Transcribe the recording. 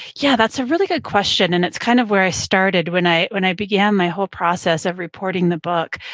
yeah that's a really good question, and it's kind of where i started when i when i began my whole process of reporting the book.